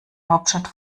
hauptstadt